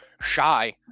shy